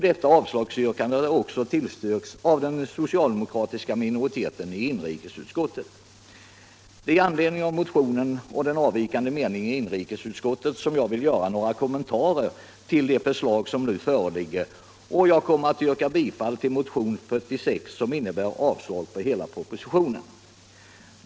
Detta avslagsyrkande har också biträtts av den soci stödområdet aldemokratiska minoriteten i inrikesutskottet. Det är i anledning av denna motion och de avvikande meningarna i inrikesutskottet som jag vill göra några kommentarer till det förslag som nu föreligger. Jag kommer att yrka bifall till motionen 46, som alltså innebär avslag på hela propositionen.